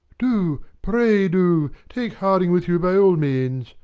do, pray do. take harding with you by all means.